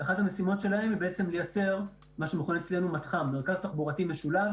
ואחת המשימות שלהם היא לייצר מרכז תחבורתי משולב